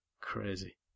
Crazy